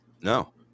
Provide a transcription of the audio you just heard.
no